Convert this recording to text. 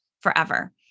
forever